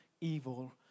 evil